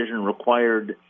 required